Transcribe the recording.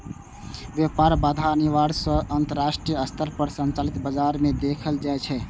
व्यापार बाधा अनिवार्य रूप सं अंतरराष्ट्रीय स्तर पर संचालित बाजार मे देखल जाइ छै